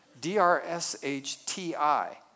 D-R-S-H-T-I